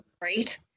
right